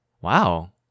Wow